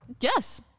Yes